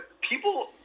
people